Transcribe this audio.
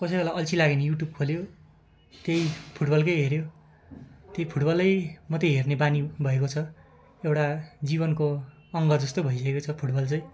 कसै बेला अल्छी लाग्यो भने युट्युब खोल्यो त्यही फुटबलकै हेर्यो त्यही फुटबलै मात्रै हेर्ने बानी भएको छ एउटा जीवनको अङ्ग जस्तो भइसकेको छ फुटबल चाहिँ